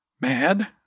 mad